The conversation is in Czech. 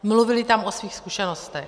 Mluvili tam o svých zkušenostech.